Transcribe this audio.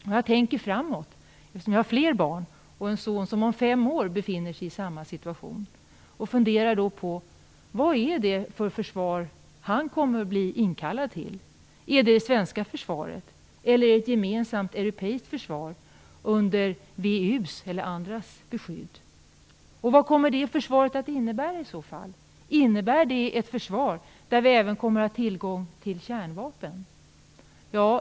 Och jag tänker framåt eftersom jag har fler barn. Jag har en son som om fem år befinner sig i samma situation, och jag funderar då på vad det är för försvar han kommer att bli inkallad till. Är det det svenska försvaret eller ett gemensamt europeiskt försvar under VEU:s eller andras beskydd? Vad kommer det försvaret att innebära i så fall? Innebär det ett försvar där vi även kommer att ha tillgång till kärnvapen?